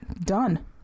Done